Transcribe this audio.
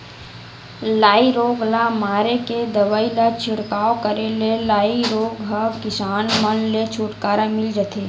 लाई रोग ल मारे के दवई ल छिड़काव करे ले लाई रोग ह किसान मन ले छुटकारा मिल जथे